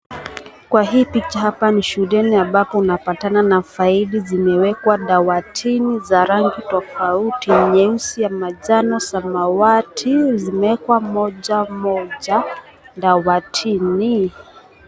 Kwa hii picture hapa ni shuleni ambapo unapatana na faili zimewekwa dawatini za rangi tofauti ya nyeusi, ya majano, samawati zimewekwa moja moja dawatini.